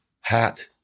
hat